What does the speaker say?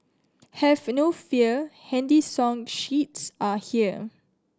have no fear handy song sheets are here